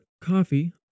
coffee